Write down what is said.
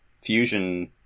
Fusion